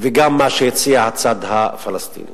וגם את מה שהציע הצד הפלסטיני.